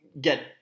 get